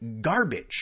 garbage